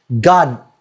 God